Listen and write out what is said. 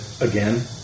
again